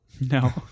No